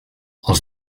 els